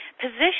position